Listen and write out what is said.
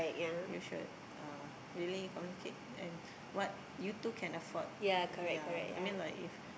you should uh really communicate and what you two can afford ya I mean like if